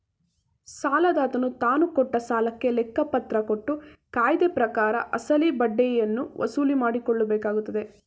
ಸಾಲದಾತನು ತಾನುಕೊಟ್ಟ ಸಾಲಕ್ಕೆ ಲೆಕ್ಕಪತ್ರ ಕೊಟ್ಟು ಕಾಯ್ದೆಪ್ರಕಾರ ಅಸಲು ಬಡ್ಡಿಯನ್ನು ವಸೂಲಿಮಾಡಕೊಳ್ಳಬೇಕಾಗತ್ತದೆ